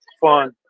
fun